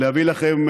להביא לכם,